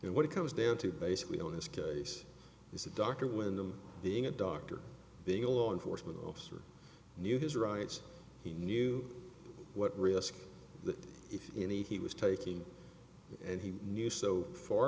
and what it comes down to basically on this case he's a doctor when i'm being a doctor being a law enforcement officer knew his rights he knew what risk if anything he was taking and he knew so far